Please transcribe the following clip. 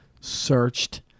searched